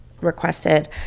requested